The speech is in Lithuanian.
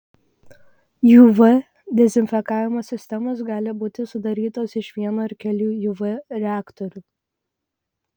uv dezinfekavimo sistemos gali būti sudarytos iš vieno ar kelių uv reaktorių